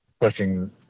pushing